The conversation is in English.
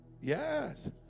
Yes